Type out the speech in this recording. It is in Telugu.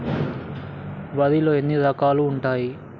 వరిలో ఎన్ని రకాలు ఉంటాయి?